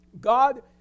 God